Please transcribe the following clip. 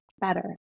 better